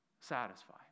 satisfy